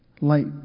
Light